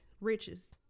riches